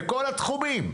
בכל התחומים.